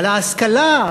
על ההשכלה,